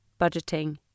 budgeting